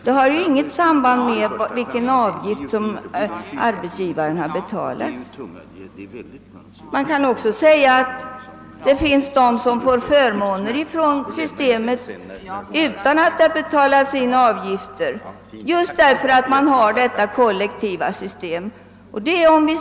Detta har inget samband med vilken avgift arhetsgivaren har betalat. Man kan också säga att det finns de som får förmåner utan att det betalas in avgifter just därför att detta kollektiva system tillämpas.